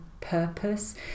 purpose